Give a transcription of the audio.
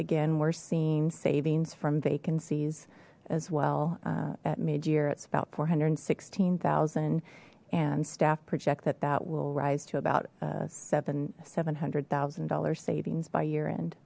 again we're seeing savings from vacancies as well at mid year it's about four hundred and sixteen thousand and staff project that that will rise to about seven seven hundred thousand dollar savings by year end